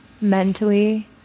mentally